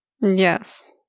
Yes